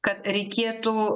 kad reikėtų